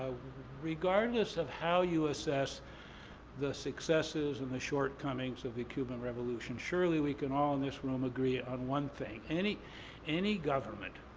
regardless of how you assess the successes and the shortcomings of the cuban revolution, surely we can all in this room agree on one thing, any any government